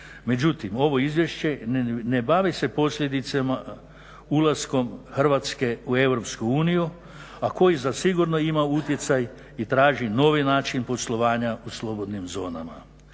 Međutim, ovo izvješće ne bavi se posljedicama ulaska Hrvatske u EU a koji zasigurno ima utjecaj i traži novi način poslovanja u slobodnim zonama.